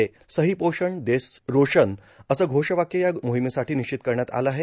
सही पोषण देश रोशन असं घोषवाक्य या मोहिमेसाठी निश्चित करण्यात आलं आहे